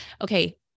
okay